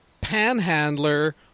panhandler